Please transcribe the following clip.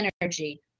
energy